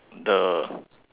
the